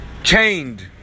Chained